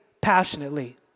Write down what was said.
passionately